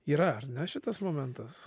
yra ar ne šitas momentas